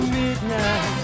midnight